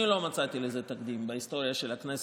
אני לא מצאתי לזה תקדים בהיסטוריה של הכנסת,